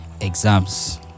exams